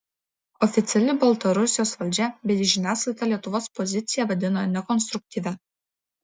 oficiali baltarusijos valdžia bei žiniasklaida lietuvos poziciją vadina nekonstruktyvia